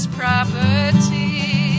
property